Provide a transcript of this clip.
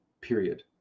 period